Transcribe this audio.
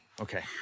Okay